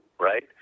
right